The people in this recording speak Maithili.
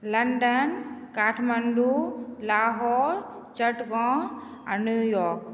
लन्दन काठमांडू लाहौर चटगाँव आ न्यूयार्क